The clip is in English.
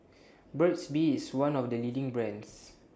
Burt's Bee IS one of The leading brands